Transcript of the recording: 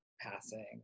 passing